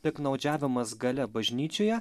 piktnaudžiavimas galia bažnyčioje